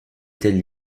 telle